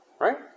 right